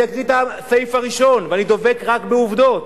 אני אקריא את הסעיף הראשון, ואני דבק רק בעובדות: